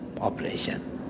operation